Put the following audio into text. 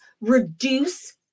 reduce